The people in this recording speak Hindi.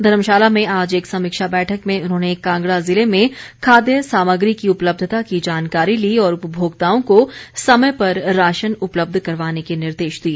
धर्मशाला में आज एक समीक्षा बैठक में उन्होंने कांगडा जिले में खाद्य सामग्री की उपलब्यता की जानकारी ली और उपभोक्ताओं को समय पर राशन उपलब्ध करवाने के निर्देश दिए